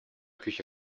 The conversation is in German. küche